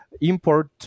import